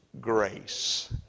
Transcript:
grace